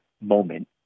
moment